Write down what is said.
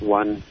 one